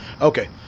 Okay